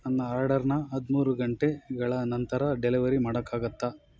ನನ್ನ ಆರ್ಡರನ್ನ ಹದಿಮೂರು ಗಂಟೆಗಳ ನಂತರ ಡೆಲಿವರಿ ಮಾಡೋಕ್ಕಾಗತ್ತಾ